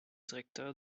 directeur